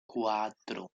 cuatro